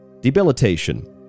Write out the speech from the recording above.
debilitation